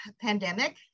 pandemic